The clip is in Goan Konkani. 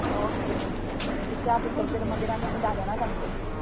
ओके तुमची च्या पितकीर मागीर आमी आनी धा जाणांक सांगतलीं